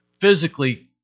physically